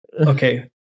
Okay